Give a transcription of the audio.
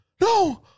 No